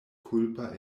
kulpa